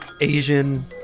asian